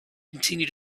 continue